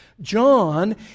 John